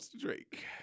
Drake